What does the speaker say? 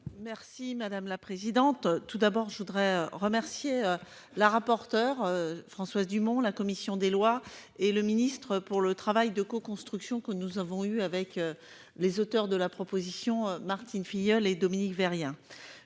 Merci madame la présidente. Tout d'abord je voudrais remercier la rapporteure Françoise Dumont. La commission des lois et le ministre pour le travail de coconstruction que nous avons eue avec les auteurs de la proposition Martine Filleul et Dominique Vérien.